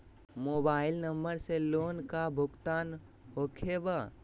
Mobile number से loan का भुगतान होखे बा?